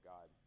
God